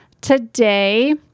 Today